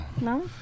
No